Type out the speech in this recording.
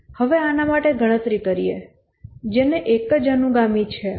હવે આના માટે ગણતરી કરીએ જેને એક જ અનુગામી છે